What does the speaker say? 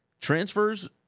Transfers